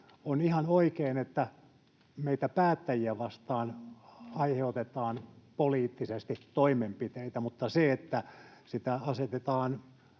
on ihan oikein, että meitä päättäjiä vastaan aiheutetaan poliittisesti toimenpiteitä, mutta se, että niitä asetetaan